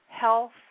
health